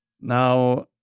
now